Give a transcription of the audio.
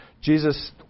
Jesus